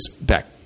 back